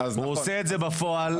הוא עושה את זה בפועל,